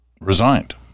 resigned